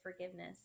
forgiveness